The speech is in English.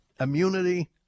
immunity